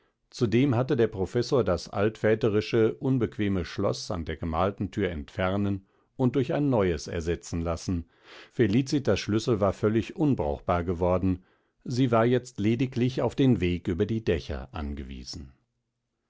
zudem hatte der professor das altväterische unbequeme schloß an der gemalten thür entfernen und durch ein neues ersetzen lassen felicitas schlüssel war völlig unbrauchbar geworden sie war jetzt lediglich auf den weg über die dächer angewiesen